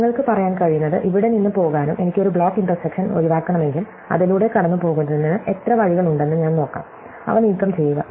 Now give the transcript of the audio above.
നിങ്ങൾക്ക് പറയാൻ കഴിയുന്നത് ഇവിടെ നിന്ന് പോകാനും എനിക്ക് ഒരു ബ്ലോക്ക് ഇന്റർസെക്ഷൻ ഒഴിവാക്കണമെങ്കിൽ അതിലൂടെ കടന്നുപോകുന്നതിന് എത്ര വഴികളുണ്ടെന്ന് ഞാൻ നോക്കാം അവ നീക്കംചെയ്യുക